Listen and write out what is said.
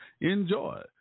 Enjoy